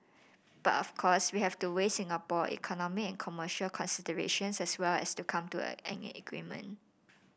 but of course we have to weigh Singapore economic commercial considerations as well to come to a an agreement